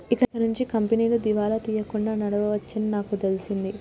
ఇకనుంచి కంపెనీలు దివాలా తీయకుండా నడవవచ్చని నాకు తెలిసింది